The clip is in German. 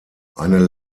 eine